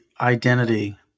identity